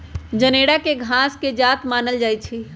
जनेरा के घास के जात मानल जाइ छइ